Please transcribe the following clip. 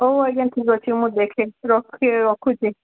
ହଉ ଆଜ୍ଞା ଠିକ୍ ଅଛି ମୁଁ ଦେଖେ ରଖି ରଖୁଛି